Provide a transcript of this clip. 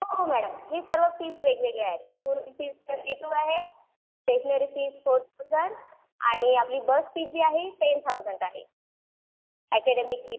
हो मॅडम हे सर्व फीज वेगवेगळ्या आहेत स्कूलची फीज थर्टी टू आहे स्टेशनरी फीज फोर थाउजंड आणि आपली बस फी जी आहे टेन थाउजंड आहे ॲकॅडमिक फी